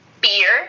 beer